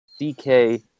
DK